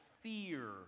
fear